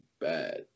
bad